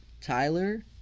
Tyler